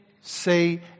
say